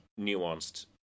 nuanced